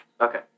Okay